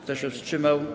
Kto się wstrzymał?